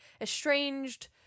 estranged